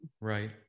Right